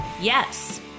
yes